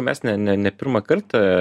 mes ne ne ne pirmą kartą